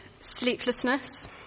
sleeplessness